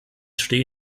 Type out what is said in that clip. stehen